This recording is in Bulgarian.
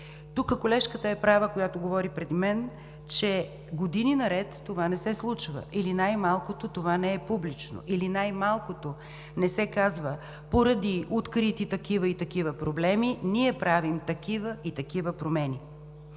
Колежката, която говори преди мен, е права, че години наред това не се случва, или, най-малкото, това не е публично, или, най-малкото, не се казва: поради открити такива и такива проблеми, ние правим такива и такива промени.